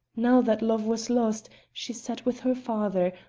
now that love was lost, she sat with her father,